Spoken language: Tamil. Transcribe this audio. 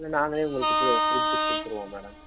இல்லை நாங்களே உங்களுக்கு இப்போ ஃப்ரி்ஜ் கொடுத்துருவோம் மேடம்